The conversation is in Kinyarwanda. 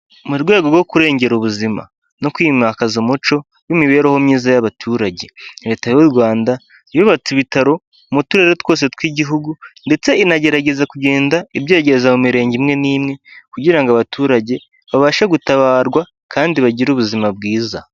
Mu rwego rwo kurengera ubuzima no kwimakaza umuco n'imibereho myiza y'abaturage, leta y'u Rwanda yubatse ibitaro mu turere twose tw'igihugu ndetse inagerageza kugenda ibyegereza mu mirenge imwe n'imwe kugira ngo abaturage babashe gutabarwa kandi bagire ubuzima bwiza.